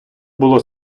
було